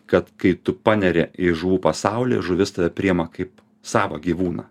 kad kai tu paneri į žuvų pasaulį žuvis tave priema kaip savą gyvūną